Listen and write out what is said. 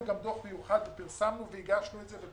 דוח מיוחד שפרסמנו והגשנו אותו ליושב-ראש הכנסת,